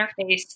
interface